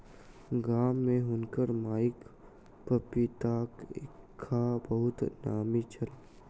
गाम में हुनकर माईक पपीताक झक्खा बहुत नामी छल